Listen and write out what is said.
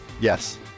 Yes